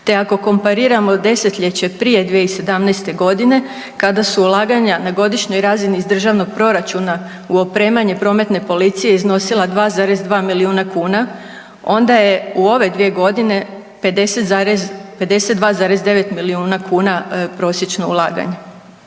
te ako kompariramo desetljeće prije 2017.g. kada su ulaganja na godišnjoj razini iz državnog proračuna u opremanje prometne policije iznosila 2,2 milijuna kuna onda je u ove 2.g. 52,9 milijuna kuna prosječno ulaganje.